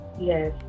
Yes